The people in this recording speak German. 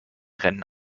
rennen